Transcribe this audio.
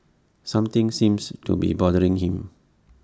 something seems to be bothering him